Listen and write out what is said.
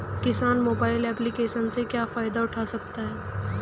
किसान mobile application से क्या फायदा उठा सकता है?